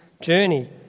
journey